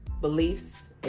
beliefs